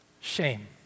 Shame